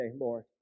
Lord